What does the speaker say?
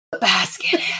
Basket